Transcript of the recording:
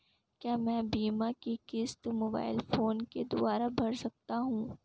क्या मैं बीमा की किश्त मोबाइल फोन के द्वारा भर सकता हूं?